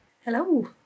Hello